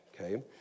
okay